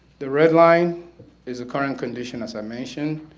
the red line is a current condition as i mentioned,